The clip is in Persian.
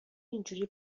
اینجوری